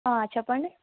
చెప్పండి